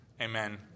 Amen